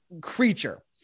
creature